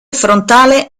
frontale